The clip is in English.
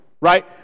right